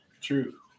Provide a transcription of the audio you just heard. True